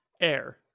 air